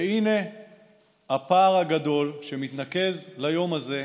והינה הפער הגדול שמתנקז ליום הזה,